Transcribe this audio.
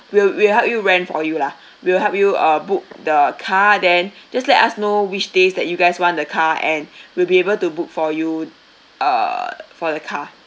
we'll we'll help you rent for you lah we will help you uh book the car then just let us know which days that you guys want the car and we'll be able to book for you uh for the car